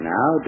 Now